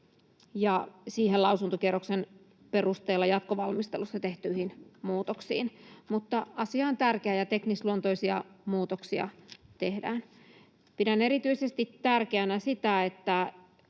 ja siihen lausuntokierroksen perusteella jatkovalmistelussa tehtyihin muutoksiin, mutta asia on tärkeä ja teknisluontoisia muutoksia tehdään. Pidän erityisesti tärkeänä sitä, että